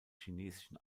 chinesischen